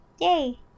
Yay